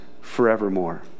forevermore